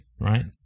right